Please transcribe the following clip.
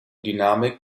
dynamik